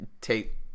take